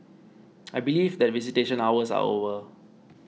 I believe that visitation hours are over